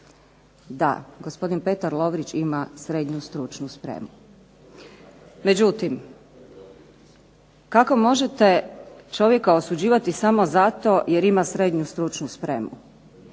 Da, gospodin Petar Lovrić ima srednju stručnu spremu. Međutim, kako možete čovjeka osuđivati samo zato jer ima srednju stručnu spremu.